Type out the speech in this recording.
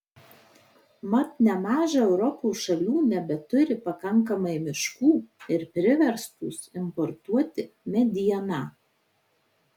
mat nemaža europos šalių nebeturi pakankamai miškų ir priverstos importuoti medieną